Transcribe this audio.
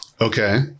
Okay